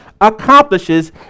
accomplishes